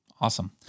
Awesome